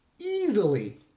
easily